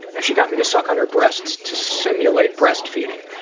and she got me to suck on her breast to simulate breastfeeding.